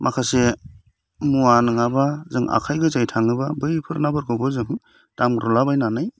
माखासे मुवा नङाबा जों आखाइ गोजायै थाङोबा बैफोर नाफोरखौबो जों दामग्रोमला बायनानै